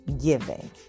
giving